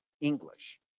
English